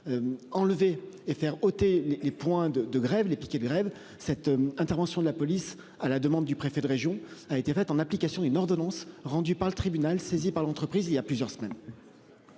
Enlever et faire ôter les les points de de grève les piquets de grève. Cette intervention de la police à la demande du préfet de région a été faite en application une ordonnance rendue par le tribunal saisi par l'entreprise, il y a plusieurs semaines.